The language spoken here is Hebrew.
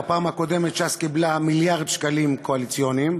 בפעם הקודמת ש"ס קיבלה מיליארד שקלים קואליציוניים.